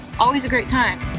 always a great time.